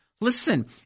Listen